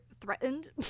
threatened